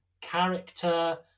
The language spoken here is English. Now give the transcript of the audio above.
character